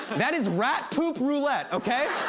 that is rat poop roulette, okay?